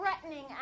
threatening